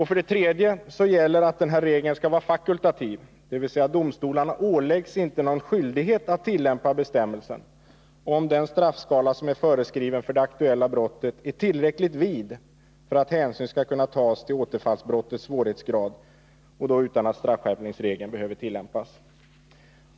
För det tredje gäller att regeln skall vara fakultativ, dvs. domstolarna åläggs inte någon skyldighet att tillämpa bestämmelsen, om den straffskala som är föreskriven för det aktuella brottet är tillräckligt vid för att hänsyn skall kunna tas till återfallsbrottets svårighetsgrad utan att straffskärpningsregeln behöver tillämpas.